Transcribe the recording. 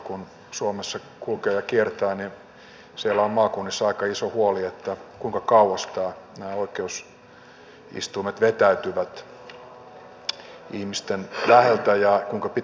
kun suomessa kulkee ja kiertää niin siellä on maakunnissa aika iso huoli kuinka kauas nämä oikeusistuimet vetäytyvät ihmisten läheltä ja kuinka pitkiksi tulevat nämä oikeudenkäyntimatkat